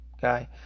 guy